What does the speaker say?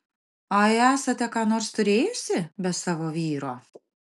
ai esate ką nors turėjusi be savo vyro